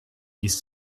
dies